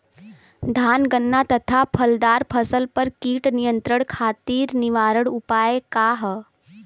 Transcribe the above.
धान गन्ना तथा फलदार फसल पर कीट नियंत्रण खातीर निवारण उपाय का ह?